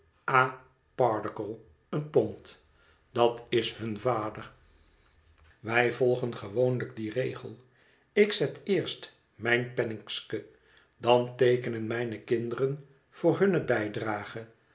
a pardiggle een pond dat is hun vader wij volgen gewoonlijk dien regel ik zet eerst mijn penningske dan teekenen mijne kinderen voor hunne bijdrage